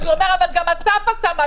אז הוא אומר: אבל גם אסף עשה משהו לא בסדר.